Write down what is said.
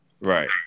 Right